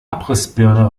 abrissbirne